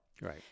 Right